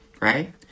right